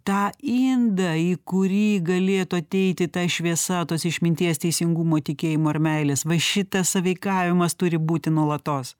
tą indą į kurį galėtų ateiti ta šviesa tos išminties teisingumo tikėjimo ir meilės va šitas sąveikavimas turi būti nuolatos